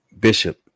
bishop